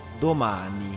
domani